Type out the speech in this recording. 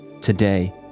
Today